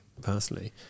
personally